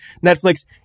Netflix